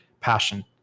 passion